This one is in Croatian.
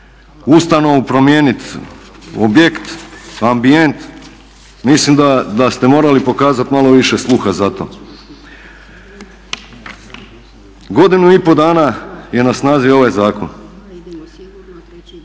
ustanovu promijeniti, objekt, ambijent, mislim da ste morali malo više sluha za to. Godinu i pol dana je na snazi ovaj zakon,